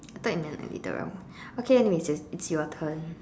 I thought you meant like literal okay anyway it's just it's your turn